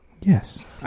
Yes